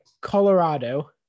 Colorado